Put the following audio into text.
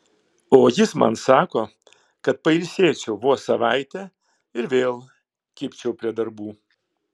o jis man sako kad pailsėčiau vos savaitę ir vėl kibčiau prie darbų